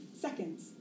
seconds